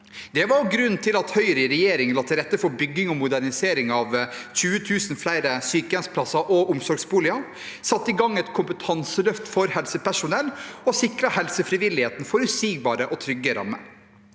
Det var også grunnen til at Høyre i regjering la til rette for bygging og modernisering av 20 000 flere sykehjemsplasser og omsorgsboliger, satte i gang et kompetanseløft for helsepersonell og sikret helsefrivilligheten forutsigbare og trygge rammer.